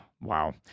Wow